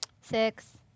Six